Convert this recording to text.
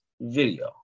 video